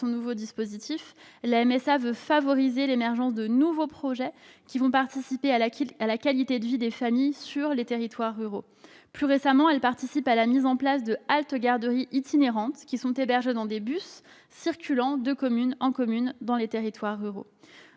nouveau dispositif, la MSA veut favoriser l'émergence de nouveaux projets, qui participeront à la qualité de vie des familles dans les territoires ruraux. Plus récemment, elle a contribué à la mise en place de haltes-garderies itinérantes, qui sont hébergées dans des bus circulant de commune en commune. Vous m'interrogez